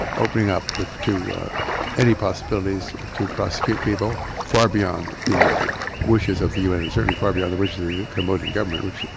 opening up to any possibilities to prosecute people far beyond the yeah wishes of the un and certainly far beyond the wishes of the cambodian government, which